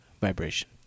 vibration